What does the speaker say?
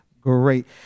great